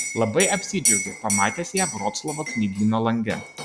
labai apsidžiaugė pamatęs ją vroclavo knygyno lange